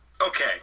Okay